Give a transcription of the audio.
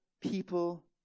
people